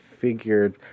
figured